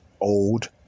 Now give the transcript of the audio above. Old